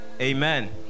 amen